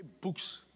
books